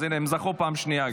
הינה, הם זכו פעם שנייה.